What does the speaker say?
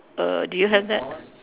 err do you have that